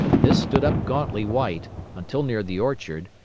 this stood up gauntly white until near the orchard,